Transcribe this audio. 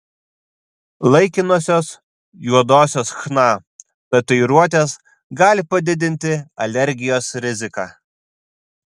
laikinosios juodosios chna tatuiruotės gali padidinti alergijos riziką